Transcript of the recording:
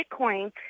Bitcoin